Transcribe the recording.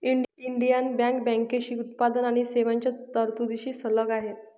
Indian Bank बँकेची उत्पादन आणि सेवांच्या तरतुदींशी संलग्न आहे